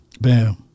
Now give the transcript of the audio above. Bam